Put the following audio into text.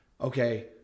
Okay